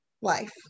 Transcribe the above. life